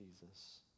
Jesus